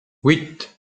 huit